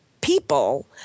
people